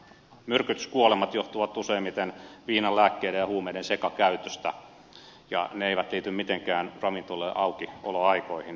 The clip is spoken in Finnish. myrkytyskuolemat johtuvat useimmiten viinan lääkkeiden ja huumeiden sekakäytöstä ja ne eivät liity mitenkään ravintoloiden aukioloaikoihin